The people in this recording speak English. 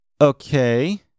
Okay